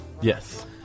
Yes